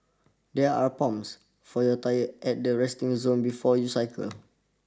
there are pumps for your tyres at the resting zone before you cycle